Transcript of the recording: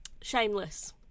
shameless